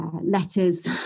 letters